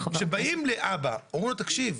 כשבאים לאבא ואומרים לו 'תקשיב,